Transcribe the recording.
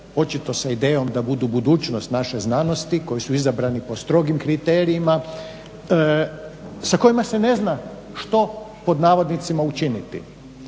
očito sa idejom da budu budućnost naše znanosti koji su izabrani po strogim kriterijima, sa kojima se ne zna što pod navodnicima učiniti,